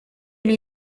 new